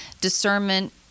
Discernment